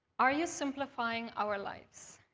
are you simplifying our lives?